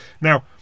Now